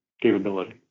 capability